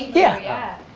yeah.